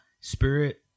spirit